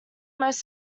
most